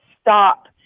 stop